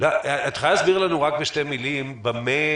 את יכולה להסביר לנו בשתי מילים במה